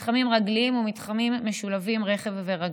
מתחמים רגליים ומתחמים משולבים רכב ורגלי.